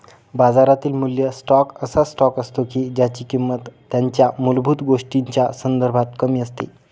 बाजारातील मूल्य स्टॉक असा स्टॉक असतो की ज्यांची किंमत त्यांच्या मूलभूत गोष्टींच्या संदर्भात कमी असते